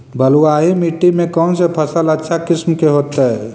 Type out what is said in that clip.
बलुआही मिट्टी में कौन से फसल अच्छा किस्म के होतै?